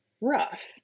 rough